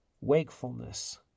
wakefulness